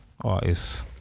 artists